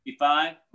55